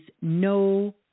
no